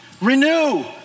Renew